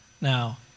now